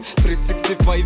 365